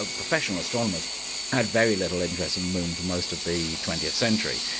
ah professional astronomers had very little interest in the moon for most of the twentieth century.